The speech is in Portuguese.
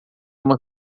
uma